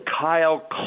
Kyle